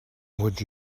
would